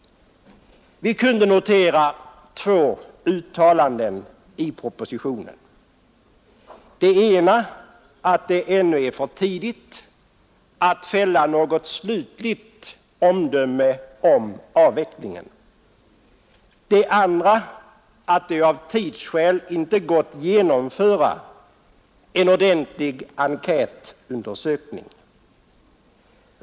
Vi kunde notera två uttalanden i propositionen, det ena att det ännu är för tidigt att fälla något slutgiltigt omdöme om avvecklingen, det andra att det av tidsskäl inte gått att genomföra en ordentlig enkätundersökning.